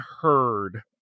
heard